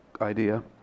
idea